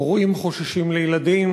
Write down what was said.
הורים חוששים לילדים,